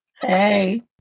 Hey